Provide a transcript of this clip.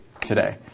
today